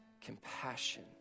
compassion